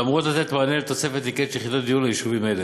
הן אמורות לתת מענה של תוספת ניכרת של יחידות דיור ליישובים האלה.